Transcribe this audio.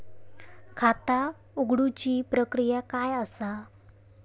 खाता उघडुची प्रक्रिया काय असा?